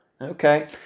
Okay